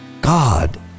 God